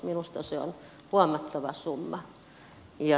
minusta se on huomattava summa